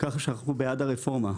כך שאנחנו בעד הרפורמה.